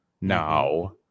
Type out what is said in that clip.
now